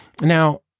Now